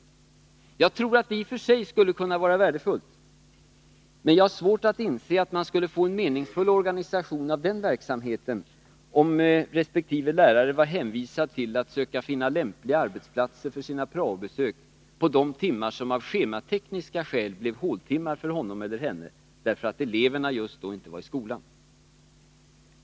Jag tror att en sådan prao-verksamhet i och för sig skulle kunna vara värdefull, men jag har svårt att inse att man skulle kunna få en meningsfull organisation av den verksamheten, om resp. lärare var hänvisad till att söka finna lämpliga arbetsplatser för sina prao-besök på de timmar som av schematekniska skäl blev håltimmar för honom eller henne, därför att eleverna just då inte var i skolan.